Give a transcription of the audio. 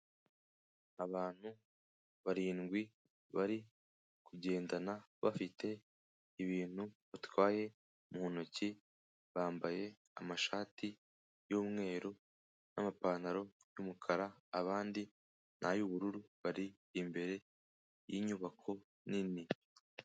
Abantu barindwi bari kugendana bafite ibintu batwaye mu ntoki, bambaye amashati y'umweru n'amapantaro y'umukara, abandi ni ay'ubururu bari imbere y'inyubako nini.